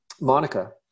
Monica